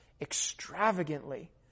extravagantly